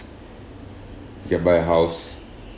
can buy house